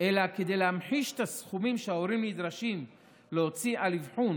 אלא להמחיש את הסכומים שההורים נדרשים להוציא על אבחון.